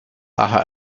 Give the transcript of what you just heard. daher